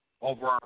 over